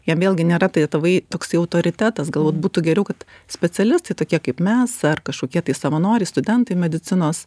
jam vėlgi nėra tai tėvai toksai autoritetas galbūt būtų geriau kad specialistai tokie kaip mes ar kažkokie tai savanoriai studentai medicinos